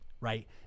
right